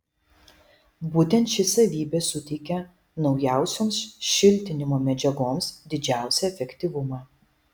būtent ši savybė suteikia naujausioms šiltinimo medžiagoms didžiausią efektyvumą